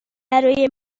برای